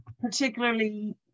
particularly